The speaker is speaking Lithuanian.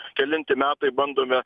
kelinti metai bandome